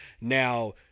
Now